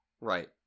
Right